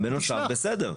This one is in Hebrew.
אם זה בנוסף, בסדר.